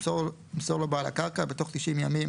ימסור לו בעל הקרקע בתוך תשעים ימים